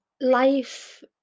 life